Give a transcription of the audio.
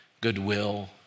goodwill